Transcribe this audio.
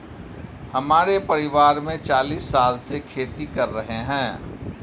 हमारे परिवार में चालीस साल से खेती कर रहे हैं